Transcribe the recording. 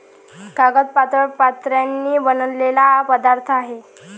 कागद पातळ पत्र्यांनी बनलेला पदार्थ आहे